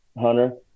hunter